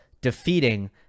defeating